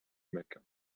mecca